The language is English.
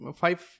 five